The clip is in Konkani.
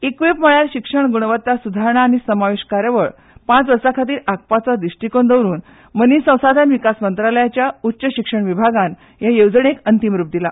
इक्यूयूआयपी म्हळ्यार शिक्षण गुणवत्ता सुदारणा आनी समावेश कार्यावळ पांच वर्सां खातीर आंखपाचो दिश्टीकोन दवरून मनीस संसाधन विकास मंत्रालयाच्या उच्च शिक्षण विभागान हे येवजणेक अंतीम रुप दिला